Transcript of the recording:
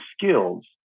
skills